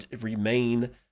remain